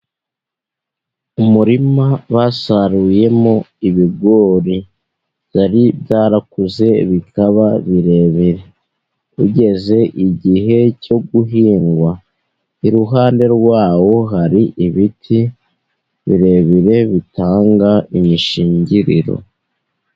Umurima basaruyemo ibigori, byari byarakuze bikaba birebire. Ugeze igihe cyo guhingwa, iruhande rwawo hari ibiti birebire bitanga imishingiriro.